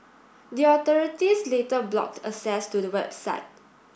the authorities later blocked access to the website